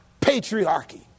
patriarchy